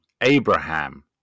Abraham